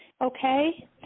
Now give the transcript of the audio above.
okay